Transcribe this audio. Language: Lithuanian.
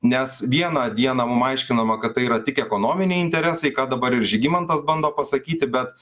nes vieną dieną mum aiškinama kad tai yra tik ekonominiai interesai ką dabar ir žygimantas bando pasakyti bet